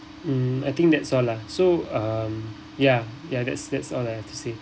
mm I think that's all lah so um ya ya that's that's all I have to say